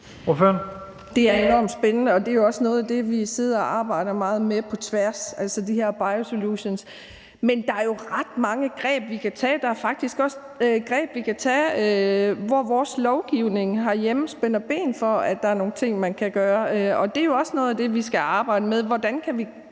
det, vi sidder og arbejder meget med på tværs, altså de her biosolutions. Men der er jo ret mange greb, vi kan tage i brug. Der er faktisk også greb, vi kan tage i brug, men hvor vores lovgivning herhjemme spænder ben for, at der er nogle ting, man kan gøre. Det er jo også noget af det, vi skal arbejde med. Hvordan kan vi